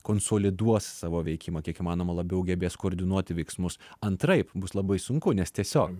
konsoliduos savo veikimą kiek įmanoma labiau gebės koordinuoti veiksmus antraip bus labai sunku nes tiesiog